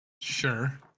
Sure